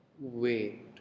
Wait